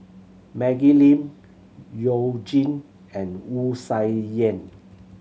Maggie Lim You Jin and Wu Sai Yen